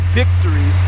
victory